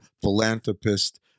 philanthropist